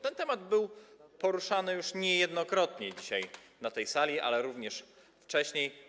Ten temat był poruszany już niejednokrotnie dzisiaj na tej sali, ale również wcześniej.